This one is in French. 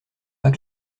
pas